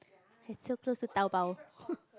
it's so close to Taobao